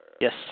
Yes